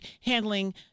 handling